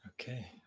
Okay